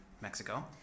Mexico